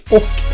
och